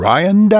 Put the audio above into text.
Ryan